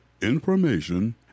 Information